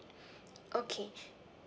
okay